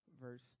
Verse